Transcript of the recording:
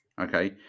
okay